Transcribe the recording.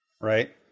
Right